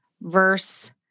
verse